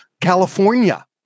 California